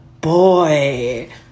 boy